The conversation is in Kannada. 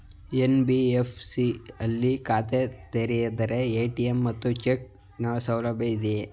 ಎನ್.ಬಿ.ಎಫ್.ಸಿ ಯಲ್ಲಿ ಖಾತೆ ತೆರೆದರೆ ಎ.ಟಿ.ಎಂ ಮತ್ತು ಚೆಕ್ ನ ಸೌಲಭ್ಯ ಇದೆಯಾ?